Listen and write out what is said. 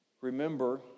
Remember